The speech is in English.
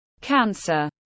Cancer